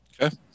Okay